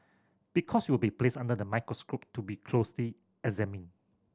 because you will be placed under the microscope to be closely examined